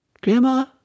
Grandma